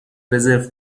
رزرو